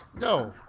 No